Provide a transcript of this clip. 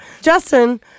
Justin